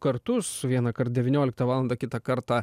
kartus vienąkart devynioliktą valandą kitą kartą